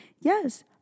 Yes